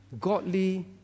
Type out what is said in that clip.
godly